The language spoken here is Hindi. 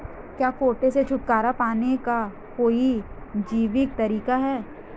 क्या कीटों से छुटकारा पाने का कोई जैविक तरीका है?